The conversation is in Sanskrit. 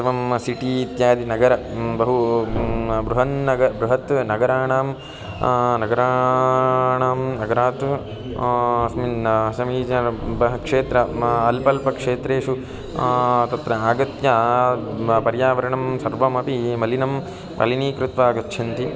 एवं सिटि इत्यादि नगरं बहु बृहन्नगरं बृहन्नगराणां नगराणां नगरात् अस्मिन् समीचीनं बहु क्षेत्रं मा अल्पाल्पक्षेत्रेषु तत्र आगत्य पर्यावरणं सर्वमपि मलिनं मलिनीकृत्वा गच्छन्ति